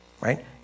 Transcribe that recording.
right